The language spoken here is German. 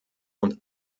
und